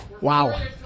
Wow